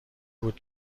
بود